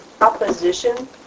opposition